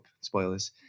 Spoilers